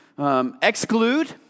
Exclude